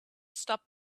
stop